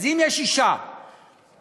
אז אם יש אישה, מה?